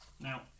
Now